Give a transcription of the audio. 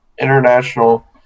international